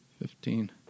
fifteen